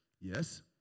Yes